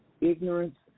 ignorance